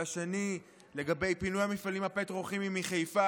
והשני לגבי פינוי המפעלים הפטרוכימיים מחיפה,